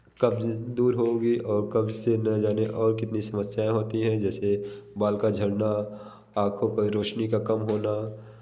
कब्ज़ दूर होगा और कब्ज़ से ना जाने और कितनी समस्याएँ होती है जैसे बाल का झड़ना आँखों पर रोशनी का कम होना